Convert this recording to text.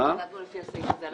הלכנו לפי הסעיף הזה.